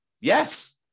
Yes